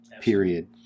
period